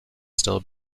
still